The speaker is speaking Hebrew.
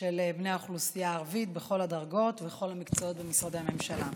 של בני האוכלוסייה הערבית בכל הדרגות ובכל המקצועות במשרדי הממשלה.